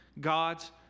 God's